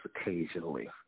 occasionally